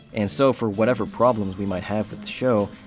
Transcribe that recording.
and so for whatever problems we might have with the show,